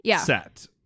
set